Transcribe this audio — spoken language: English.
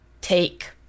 take